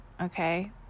okay